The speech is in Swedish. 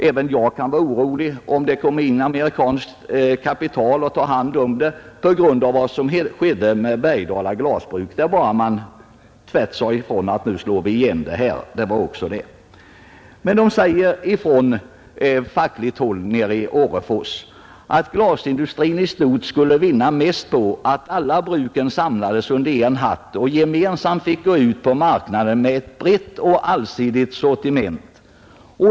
Även jag kan hysa oro för att amerikanskt kapital tar hand om Orrefors; vi vet vad som skedde med Bergdala glasbruk, vars amerikanske ägare med kort varsel lät bruket gå i konkurs. På fackligt håll i Orrefors anser man att glasindustrin i stort skulle vinna mest på att alla bruken samlades under en hatt, så att industrin gemensamt kunde gå ut på marknaden med ett brett och allsidigt sortiment.